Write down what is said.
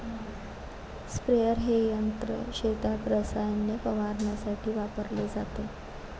sprayer हे यंत्र शेतात रसायने फवारण्यासाठी वापरले जाते